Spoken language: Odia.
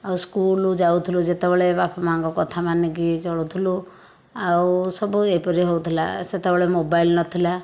ଆଉ ସ୍କୁଲ ଯାଉଥିଲୁ ଯେତେବେଳେ ବାପା ମାଆଙ୍କ କଥା ମାନିକି ଚଳୁଥିଲୁ ଆଉ ସବୁ ଏହିପରି ହେଉଥିଲା ସେତେବେଳେ ମୋବାଇଲ ନଥିଲା